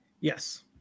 Yes